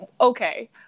okay